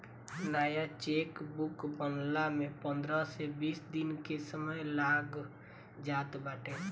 नया चेकबुक बनला में पंद्रह से बीस दिन के समय लाग जात बाटे